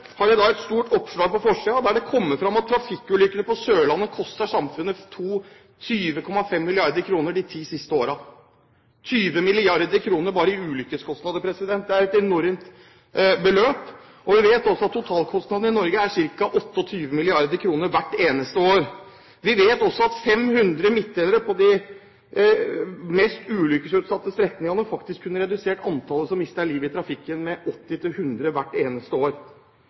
har i dag et stort oppslag på forsiden, der det kommer fram at trafikkulykkene på Sørlandet har kostet samfunnet 20,5 mrd. kr de ti siste årene – 20,5 mrd. kr bare i ulykkeskostnader – det er et enormt beløp. Vi vet også at totalkostnadene i Norge er ca. 28 mrd. kr hvert eneste år. Vi vet også at 500 km med midtdelere på de mest ulykkesutsatte strekningene faktisk kunne redusert antallet som mister livet i trafikken, med 80–100 hvert eneste år.